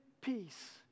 peace